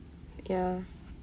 ya